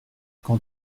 quand